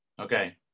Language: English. Okay